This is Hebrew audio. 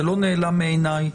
זה לא נעלם מעיניי,